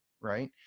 right